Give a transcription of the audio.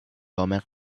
roman